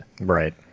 Right